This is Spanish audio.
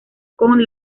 con